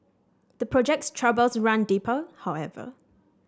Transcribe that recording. the project's troubles run deeper however